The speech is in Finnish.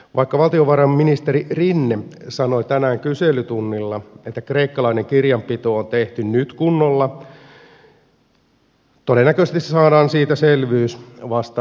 vaikka valtiovarainministeri rinne sanoi tänään kyselylytunnilla että kreikkalainen kirjanpito on tehty nyt kunnolla todennäköisesti saadaan siitä selvyys vasta myöhemmin